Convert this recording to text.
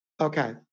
Okay